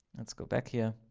let's go back here.